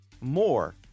more